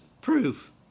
proof